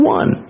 one